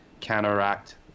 counteract